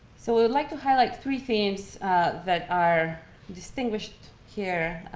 so i would like to highlight three themes that are distinguished here,